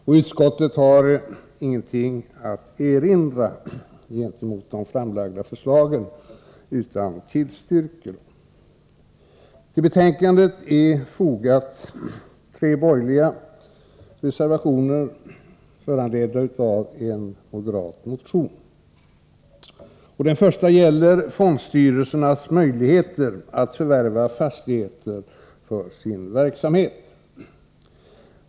Utskottsmajoriteten har inget att erinra gentemot de framlagda förslagen utan tillstyrker dem. Till betänkandet är fogade tre borgerliga reservationer, föranledda av en moderat motion. Den första gäller fondstyrelsernas möjligheter att förvärva fastigheter för sin verksamhet.